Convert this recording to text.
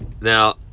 Now